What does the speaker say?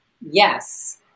yes